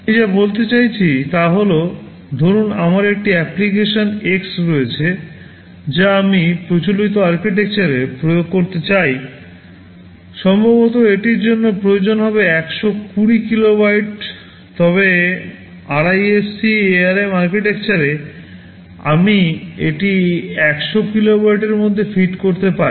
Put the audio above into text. আমি যা বলতে চাইছি তা হল ধরুন আমার একটি অ্যাপ্লিকেশন X রয়েছে যা আমি প্রচলিত আর্কিটেকচারে প্রয়োগ করতে চাই সম্ভবত এটির জন্য প্রয়োজন হবে 120 কিলোবাইট তবে আরআইএসসি ARM আর্কিটেকচারে আমি এটি 100 কিলোবাইটের মধ্যে ফিট করতে পারি